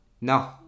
No